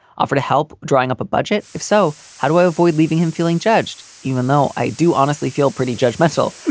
offer to help drying up a budget? if so, how do i avoid leaving him feeling judged? even though i do honestly feel pretty judgmental,